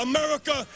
America